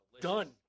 Done